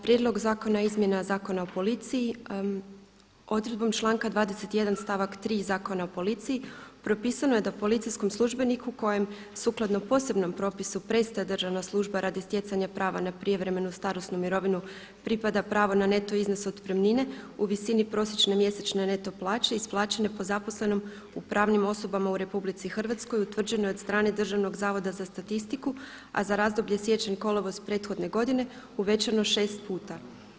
Prijedlog zakona o izmjeni Zakona o policiji odredbom članka 21. stavak 3. Zakona o policiji propisano je da policijskom službeniku kojem sukladno posebnom propisu prestaje državna služba radi stjecanja prava na prijevremenu starosnu mirovinu pripada pravo na neto iznos otpremnine u visini prosječne mjesečne neto plaće isplaćene po zaposlenom u pravnim osobama u RH utvrđenoj od strane DZS, a za razdoblje siječanj-kolovoz prethodne godine uvećano šest puta.